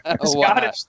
Scottish